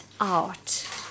out